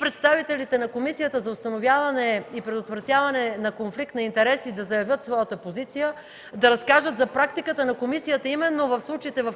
представителите на Комисията за предотвратяване и установяване на конфликт на интереси да заявят своята позиция, да разкажат за практиката на комисията, в които